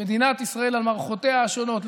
למדינת ישראל על מערכותיה השונות,